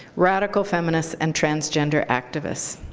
radical feminists and transgender activists.